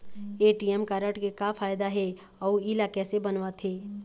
ATM card के का फायदा हे अऊ इला कैसे बनवाथे?